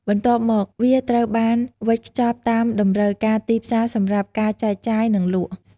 បន្ទាប់មកវាត្រូវបានវេចខ្ចប់តាមតម្រូវការទីផ្សារសម្រាប់ការចែកចាយ និងលក់។